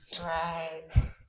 Right